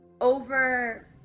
over